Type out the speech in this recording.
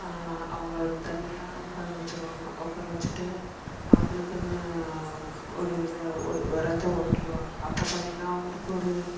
அவங்கள ஒரு தனியாக உட்கார வச்சுருவாங்க உட்கார வச்சுட்டு அவங்களுக்குன்னு ஒரு இதை ஒடு இடத்த ஒதிக்கிடுவாங்க அப்போ பார்த்தீங்கன்னா அவங்களுக்கு ஒரு